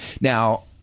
Now